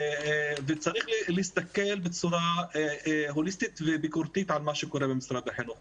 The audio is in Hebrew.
וצריך להסתכל בצורה הוליסטית וביקורתית על מה שקורה במשרד החינוך.